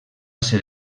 ser